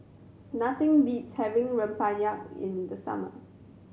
nothing beats having rempeyek in the summer